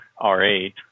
R8